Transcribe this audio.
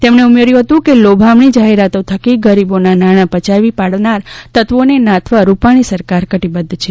તેમણે ઉમેર્થું હતું કે લોભામણી જાહેરાતો થકી ગરીબોના નાંણા પચાવી પાડનાર તત્વોને નાથવા રૂપાણી સરકાર કટિબધ્ધ છે